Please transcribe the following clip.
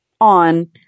on